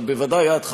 אבל בוודאי את,